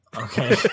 Okay